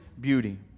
beauty